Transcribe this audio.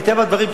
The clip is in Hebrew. מטבע הדברים,